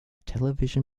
television